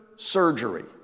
Surgery